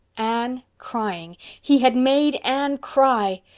anne crying. he had made anne cry!